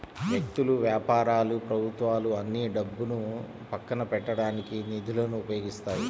వ్యక్తులు, వ్యాపారాలు ప్రభుత్వాలు అన్నీ డబ్బును పక్కన పెట్టడానికి నిధులను ఉపయోగిస్తాయి